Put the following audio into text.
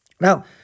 Now